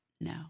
No